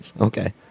okay